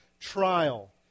trial